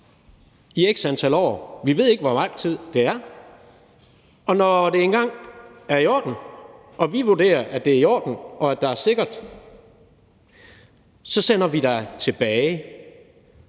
i x antal år, vi ved ikke, hvor lang tid det er, og når det engang er i orden og vi vurderer, at det er i orden, og at der er sikkert, så sender vi dig tilbage.